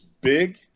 big